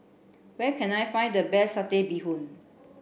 where can I find the best satay bee hoon